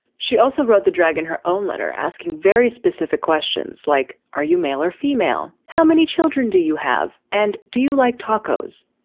she also wrote the dragon her own letter, asking very specific questions like are you male or female? how many children do you have and do you like tacos?